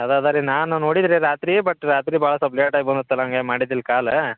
ಅದೇ ಅದು ರಿ ನಾನು ನೋಡಿದ್ದೆ ರಿ ರಾತ್ರಿ ಬಟ್ ರಾತ್ರಿ ಭಾಳ ಸ್ವಲ್ಪ ಲೇಟ್ ಆಗಿ ಬಂದಿತ್ತಲ್ಲ ಹಂಗಾಗಿ ಮಾಡಿದ್ದಿಲ್ಲ ಕಾಲ